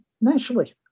naturally